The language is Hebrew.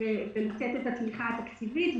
ולתת תמיכה תקציבית.